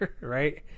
right